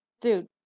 dude